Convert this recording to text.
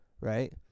Right